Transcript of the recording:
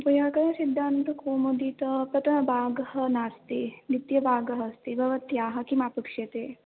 वैयाकरणसिद्धान्तकौमुदीतः प्रथमभागः नास्ति द्वितीयभागः अस्ति भवत्याः किम् अपेक्ष्यते